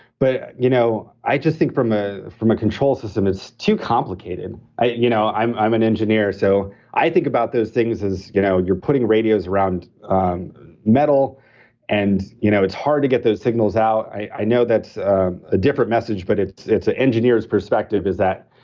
but you know i just think from ah from a control system it's too complicated. you know i'm i'm an engineer, so i think about those things as, you know you're putting radios around metal and you know it's hard to get those signals out. i know that's a different message but it's it's an engineer's perspective, is that,